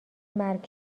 مرگ